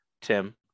Tim